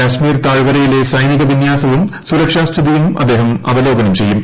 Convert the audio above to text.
കശ്മീർ താഴ്വരയിലെ സൈനിക വിന്യാസവും സുരക്ഷ സ്ഥിതിയും അദ്ദേഹം അവലോകനം ചെയ്യും